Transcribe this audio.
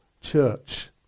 church